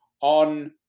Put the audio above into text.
on